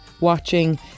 watching